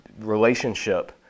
relationship